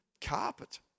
carpet